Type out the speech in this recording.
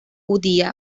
judía